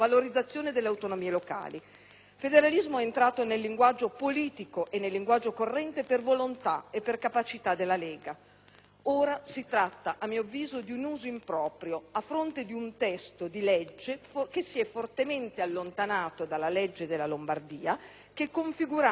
federalismo è entrato nel linguaggio politico e nel linguaggio corrente per volontà e per capacità della Lega. Ora si tratta, a mio avviso, di un uso improprio, a fronte di un testo di legge che si è fortemente allontanato dal provvedimento della Lombardia che configurava un regionalismo spinto,